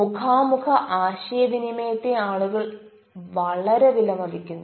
മുഖാമുഖ ആശയവിനിമയത്തെ ആളുകൾ വളരെ വിലമതിക്കുന്നു